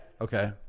okay